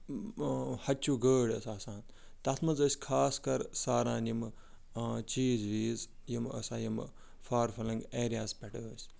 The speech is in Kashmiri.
ہَچوٗ گٲڑۍ ٲسۍ آسان تتھ مَنٛز ٲسۍ خاص کر ساران یِمہٕ چیٖز ویٖز یِم ہَسا یِمہٕ فار فلَنٛگ ایریاز پٮ۪ٹھ ٲسۍ